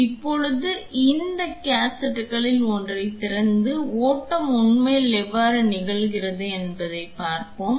இப்போது இந்த கேசட்டுகளில் ஒன்றைத் திறந்து ஓட்டம் உண்மையில் எவ்வாறு நிகழ்கிறது என்பதைப் பார்ப்போம்